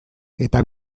eta